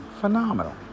phenomenal